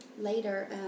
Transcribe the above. later